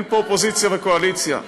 אין פה אופוזיציה וקואליציה.